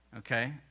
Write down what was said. Okay